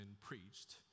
preached